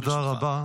תודה רבה.